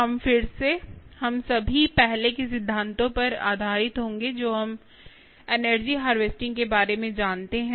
हम फिर से हम सभी पहले के सिद्धांतों पर आधारित होंगे जो हम एनर्जी हार्वेस्टिंग के बारे में जानते हैं